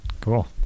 Cool